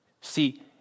See